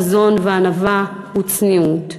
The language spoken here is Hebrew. חזון וענווה וצניעות.